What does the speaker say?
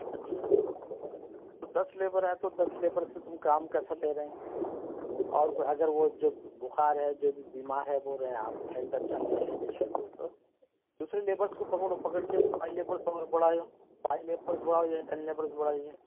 اچھا تو دس لیبر ہے تو دس لیبر سے تم کام کیسا لے رہے ہیں اور اگر وہ جو بُخار ہے جو بیمار بول رہے ہیں آپ ہیلتھ اچھا نہیں ہے ہیلتھ ایشوز ہوئے تو دوسرے لیبرس کو پکڑو پکڑ کے سارے لیبرس اور بڑھاؤ سارے لیبرس بڑھائیے ٹین لیبرس بڑھائیے